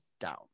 down